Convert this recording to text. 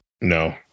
No